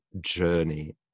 journey